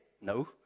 No